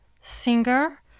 singer